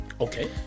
Okay